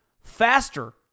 faster